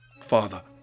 Father